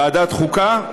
לוועדת החוקה?